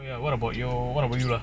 well ya what about you what about you ah